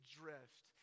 drift